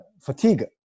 fatigue